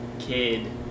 kid